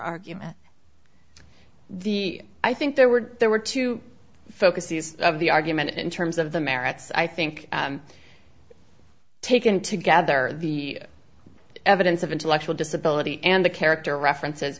argument the i think there were there were two focuses of the argument in terms of the merits i think taken together the evidence of intellectual disability and the character reference